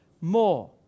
more